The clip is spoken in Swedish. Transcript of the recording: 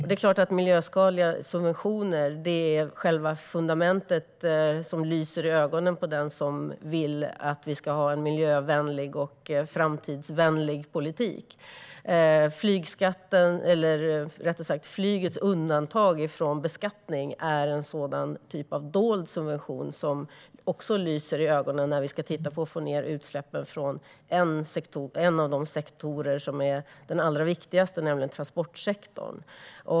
Det är klart att miljöskadliga subventioner är själva fundamentet som lyser i ögonen på den som vill att vi ska föra en miljövänlig och framtidsvänlig politik. Flygets undantag från beskattning är en sådan typ av dold subvention som också lyser i ögonen i arbetet med att sänka utsläppen från en av de viktigaste sektorerna, nämligen transportsektorn.